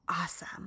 awesome